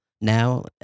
now